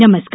नमस्कार